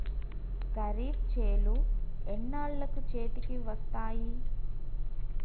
ఖరీఫ్ చేలు ఎన్నాళ్ళకు చేతికి వస్తాయి?